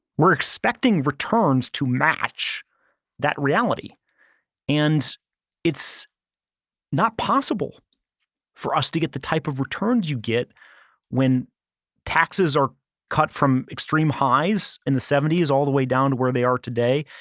we're expecting returns to match that reality and it's not possible for us to get the type of returns you get when taxes are cut from extreme highs in the seventy s all the way down to where they are today.